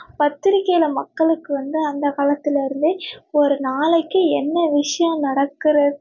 பத்திரிக்கையில் மக்களுக்கு வந்து அந்தக்காலத்திலருந்தே ஒரு நாளைக்கு என்ன விஷயம் நடக்கிற